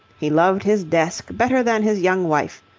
he loved his desk better than his young wife,